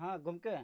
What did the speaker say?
ᱦᱮᱸ ᱜᱚᱢᱠᱮ